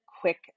quick